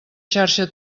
xarxa